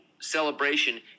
celebration